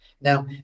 Now